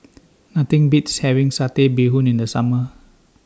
Nothing Beats having Satay Bee Hoon in The Summer